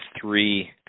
three